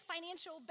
financial